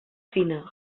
fina